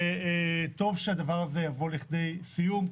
וטוב שהדבר הזה יבוא לכדי סיום.